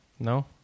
No